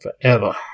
forever